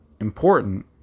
important